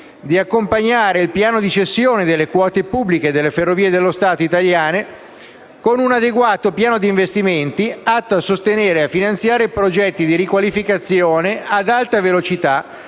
di «accompagnare il piano di cessione delle quote pubbliche delle Ferrovie dello Stato italiane con un adeguato piano di investimenti atto a sostenere e finanziare progetti di riqualificazione ad alta velocità